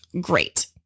great